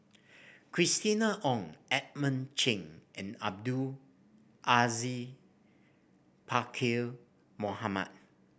Christina Ong Edmund Cheng and Abdul Aziz Pakkeer Mohamed